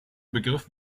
begriff